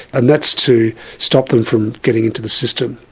and that's to stop them from getting into the system.